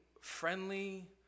friendly